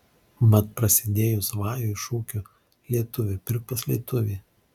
mat prasidėjus vajui šūkiu lietuvi pirk pas lietuvį